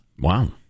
Wow